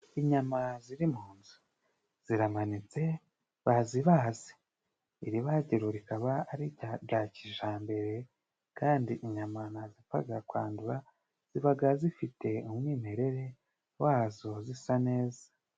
Inyama ziri mu nzu ziramanitse， bazibaze. Iri bagiro rikaba ari rya kijambere， kandi inyama ntizipfaga kwandura， zibaga zifite umwimerere wazo zisa neza.